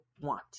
want